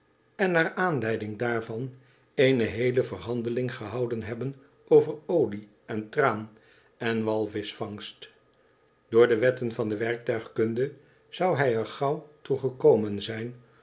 en naar aanleiding daarvan eene heelo verhandeling gehouden hebben over olie en traan en de w al visch vangst door de wetten van de werktuigkunde zou hij er gauw toe gekomen zijn